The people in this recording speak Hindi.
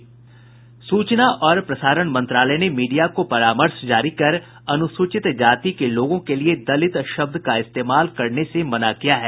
सूचना और प्रसारण मंत्रालय ने मीडिया को परामर्श जारी कर अनुसूचित जाति के लोगों के लिए दलित शब्द का इस्तेमाल करने से मना किया है